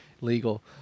legal